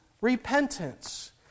repentance